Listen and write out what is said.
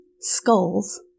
Skulls